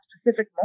specific